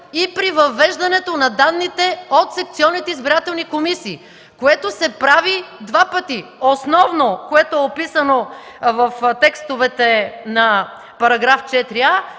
и при въвеждането на данните от секционните избирателни комисии, което се прави два пъти – основно което е описано в текстовете на § 4а